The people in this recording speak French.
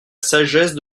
sagesse